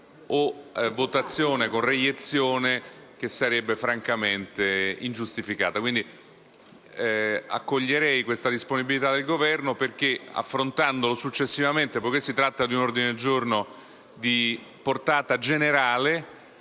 votazione con reiezione, che sarebbe francamente ingiustificata. Quindi, accoglierei la disponibilità del Governo ad esaminarlo successivamente, trattandosi di un ordine del giorno di portata generale,